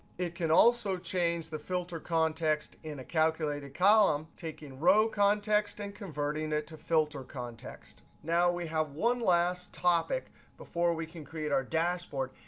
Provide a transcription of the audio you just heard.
it can also change the filter context in a calculated column, taking row context and converting it to filter context. now, we have one last topic before we can create our dashboard.